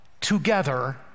together